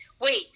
wait